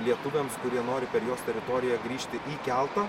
lietuviams kurie nori per jos teritoriją grįžti į keltą